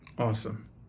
Awesome